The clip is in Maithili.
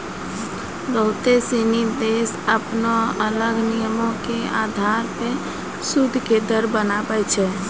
बहुते सिनी देश अपनो अलग नियमो के अधार पे सूद के दर बनाबै छै